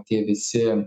tie visi